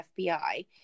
FBI